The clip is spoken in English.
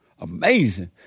Amazing